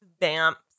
vamps